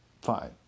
Fine